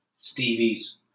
Stevie's